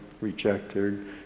rejected